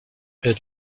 elle